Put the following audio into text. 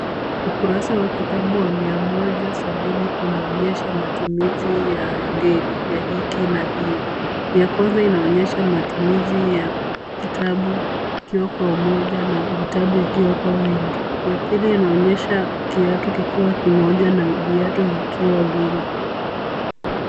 Ukurasa wa kitabu wa mia moja sabini unaonyesha matumizi ya ngeli ya hiki na hivi. Ya kwanza inaonyesha matumizi kwa kitabu ikiwa kwa umoja na vitabu ikiwa kwa wingi. Ya pili inaonyesha kiatu kikiwa kimoja na viatu vikiwa vingi.